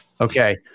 Okay